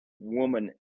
woman